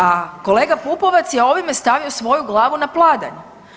A kolega Pupovac je ovime stavio svoju glavu na pladanj.